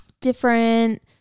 different